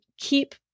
keep